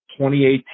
2018